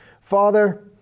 Father